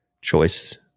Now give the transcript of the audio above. choice